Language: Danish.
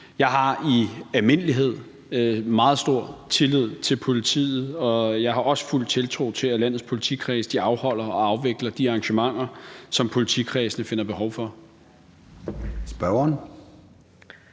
Jeg har i almindelighed meget stor tillid til politiet, og jeg har også fuld tiltro til, at landets politikredse afholder og afvikler de arrangementer, som politikredsene finder behov for.